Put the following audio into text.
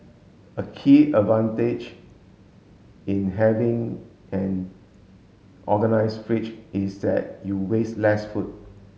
a key advantage in having an organised fridge is that you waste less food